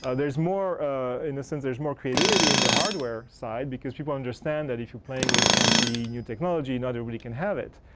ah there's more in the sense there's more creativity in the hardware side because people understand that if you're playing with fancy new technology, not everybody can have it.